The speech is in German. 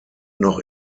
noch